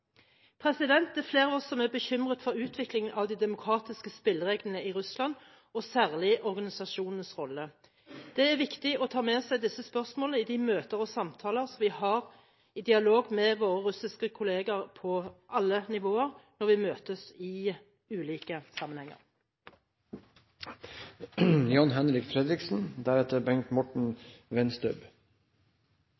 Det er flere av oss som er bekymret for utviklingen av de demokratiske spillereglene i Russland og særlig organisasjonenes rolle. Det er viktig å ta med seg disse spørsmålene i de møter og samtaler vi har i dialog med våre russiske kolleger på alle nivåer, når vi møtes i ulike sammenhenger.